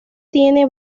tiene